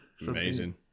amazing